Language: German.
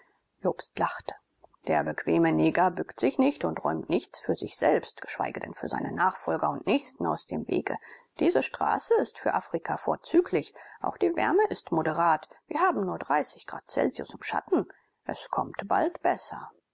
jobst lachte der bequeme neger bückt sich nicht und räumt nichts für sich selbst geschweige denn für seinen nachfolger und nächsten aus dem wege diese straße ist für afrika vorzüglich auch die wärme ist moderat wir haben nur dreißig grad celsius im schatten es kommt bald besser